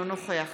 אינו נוכח